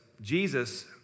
Jesus